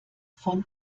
von